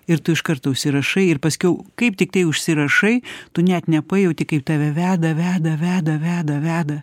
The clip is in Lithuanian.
ir tu iš karto užsirašai ir paskiau kaip tiktai užsirašai tu net nepajauti kaip tave veda veda veda veda veda